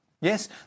yes